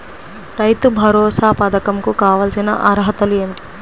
రైతు భరోసా పధకం కు కావాల్సిన అర్హతలు ఏమిటి?